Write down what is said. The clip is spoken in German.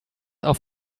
auf